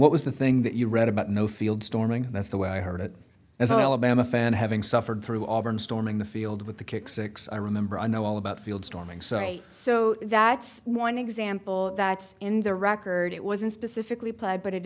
what was the thing that you read about no field storming and that's the way i heard it as an alabama fan having suffered through auburn storming the field with the kick six i remember i know all about field storming say so that's one example that's in the record it wasn't specifically played but it